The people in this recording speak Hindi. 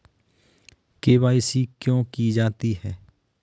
के.वाई.सी क्यों की जाती है?